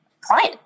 client